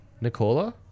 Nicola